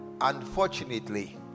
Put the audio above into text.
unfortunately